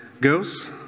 girls